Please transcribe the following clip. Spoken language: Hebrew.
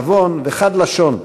נבון וחד לשון,